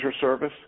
service